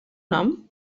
nom